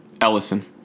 Ellison